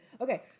Okay